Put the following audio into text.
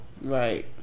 right